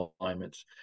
alignments